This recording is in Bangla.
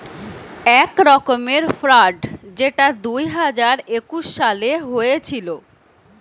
এক রকমের ফ্রড যেটা দুই হাজার একুশ সালে হয়েছিল